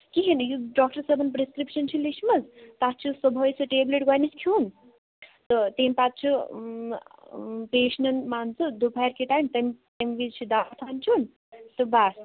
کِہیٖنٛۍ نہٕ یُس ڈاکٹر صٲبن پرٛسکرٕٛپشن چھِ لیٖچھمٕژ تَتھ چھُ صبحٲے سُہ ٹیبلِٹ گۄڈنٮ۪تھ کھیٚون تہٕ تَمہِ پَتہٕ چھُ پیشنن مان ژٕ دُپہر کے ٹایم تَمہِ تَمہِ وِزِ چھُ دوا ٹھانٛڈٕ چٮ۪ون تہٕ بَس